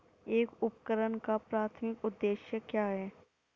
एक उपकरण का प्राथमिक उद्देश्य क्या है?